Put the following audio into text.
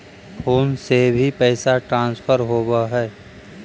Phone से भी पैसा ट्रांसफर होवहै?